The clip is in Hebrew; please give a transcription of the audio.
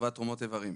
לטובת תרומות איברים.